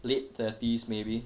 late thirties maybe